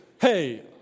hey